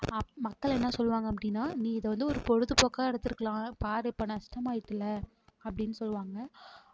அப் மக்கள் என்ன சொல்லுவாங்க அப்படினா நீ இதை வந்து ஒரு பொழுதுபோக்காக எடுத்திருக்கலாம் பாரு இப்போ நஷ்டமாயிட்டுல்லை அப்படின் சொல்வாங்க